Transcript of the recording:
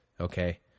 okay